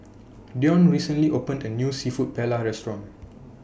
Deon recently opened A New Seafood Paella Restaurant